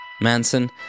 Manson